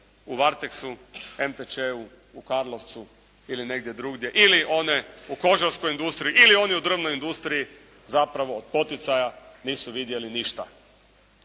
u Varteksu, MTČ-u, u Karlovcu ili negdje drugdje. Ili one u kožarskoj industriji. Ili oni u drvnoj industriji zapravo od poticaja nisu vidjeli ništa.